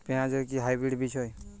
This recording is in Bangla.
পেঁয়াজ এর কি হাইব্রিড বীজ হয়?